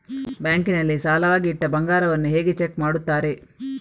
Bank ನಲ್ಲಿ ಸಾಲವಾಗಿ ಇಟ್ಟ ಬಂಗಾರವನ್ನು ಹೇಗೆ ಚೆಕ್ ಮಾಡುತ್ತಾರೆ?